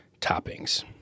toppings